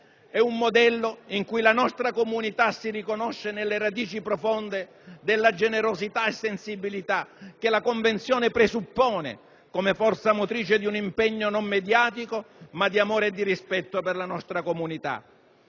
È un modello in cui la nostra comunità si riconosce nelle radici profonde della generosità e della sensibilità che la Convenzione presuppone come forze motrici di un impegno non mediatico ma di amore e di rispetto per la nostra comunità.